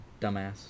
Dumbass